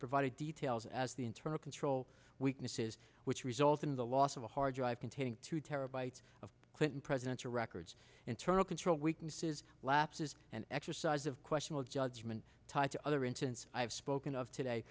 provided details as the internal control weaknesses which resulted in the loss of a hard drive containing two terabytes of clinton presidential records internal control weaknesses lapses and exercise of questionable judgment tied to other incidents i have spoken of today